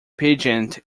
pageant